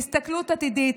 בהסתכלות עתידית,